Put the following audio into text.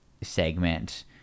segment